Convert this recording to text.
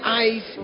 eyes